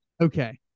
Okay